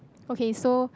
okay so